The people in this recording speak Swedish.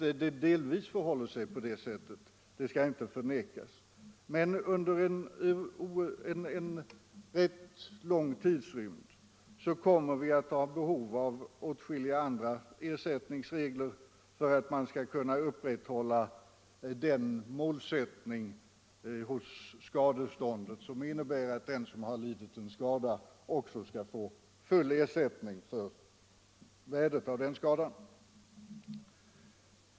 Att det delvis förhåller sig på det sättet skall inte förnekas. Men under rätt lång tid framöver kommer vi att ha behov av åtskilliga andra ersättningsregler för att kunna upprätthålla målsättningen att den som har åsamkats en skada också skall ha full ersättning för den lidna förlusten.